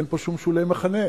אין פה שום שולי מחנה.